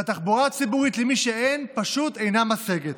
והתחבורה הציבורית למי שאין לו פשוט אינה משגת.